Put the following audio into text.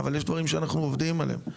אבל יש דברים שאנחנו עובדים עליהם.